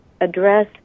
address